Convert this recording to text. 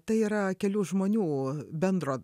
tai yra kelių žmonių bendro